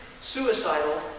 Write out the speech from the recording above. suicidal